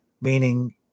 meaning